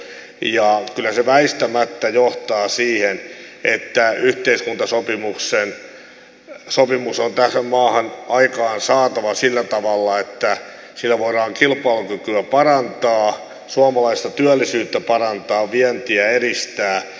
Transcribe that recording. kyllä se väistämättä johtaa siihen että yhteiskuntasopimus on tähän maahan aikaansaatava sillä tavalla että sillä voidaan kilpailukykyä parantaa suomalaista työllisyyttä parantaa vientiä edistää